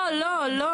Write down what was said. לא, לא.